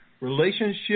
relationship